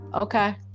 Okay